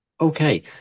okay